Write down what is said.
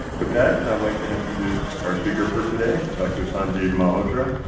but that i'd like to introduce our speaker for today, dr. sanjiv malhotra.